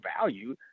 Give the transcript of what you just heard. value